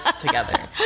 together